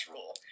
Rule